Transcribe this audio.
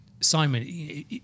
Simon